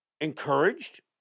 encouraged